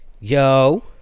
Yo